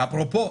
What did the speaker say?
בסוף מי מרוויח?